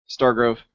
Stargrove